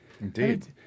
Indeed